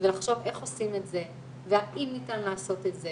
ולחשוב איך עושים את זה והאם ניתן לעשות את זה